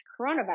coronavirus